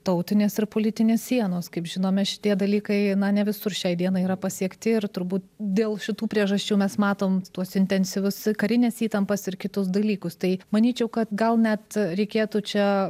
tautinės ir politinės sienos kaip žinome šitie dalykai na ne visur šiai dienai yra pasiekti ir turbūt dėl šitų priežasčių mes matom tuos intensyvus karinės įtampos ir kitus dalykus tai manyčiau kad gal net reikėtų čia